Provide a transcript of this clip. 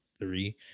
three